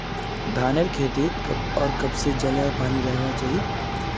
धानेर खेतीत कब आर कब से जल या पानी रहबा चही?